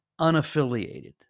unaffiliated